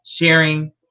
sharing